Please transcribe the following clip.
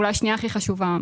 אולי השנייה הכי חשובה.